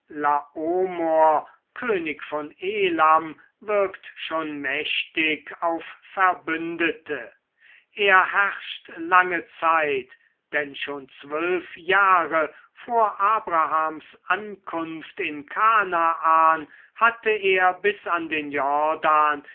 könig von elam wirkt schon mächtig auf verbündete er herrscht lange zeit denn schon zwölf jahre vor abrahams ankunft in kanaan hatte er bis an den jordan